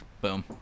Boom